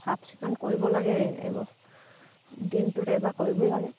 চাফচিকুণ কৰিব লাগে এইবোৰ দিনটোত এবাৰ কৰিবই লাগে